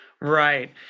right